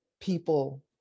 people